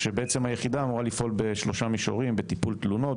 שבעצם היחידה אמורה לפעול בשלושה מישורים: בטיפול תלונות,